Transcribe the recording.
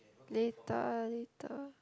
later later